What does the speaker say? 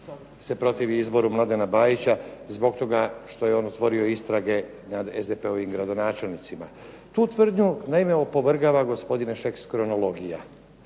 se protivi izboru Mladena Bajića zbog toga što je on otvorio istrage nad SDP-ovim gradonačelnicima. Tu tvrdnju naime opovrgava gospodine Šeks kronologija.